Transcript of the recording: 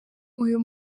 uyu